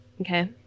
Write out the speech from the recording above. Okay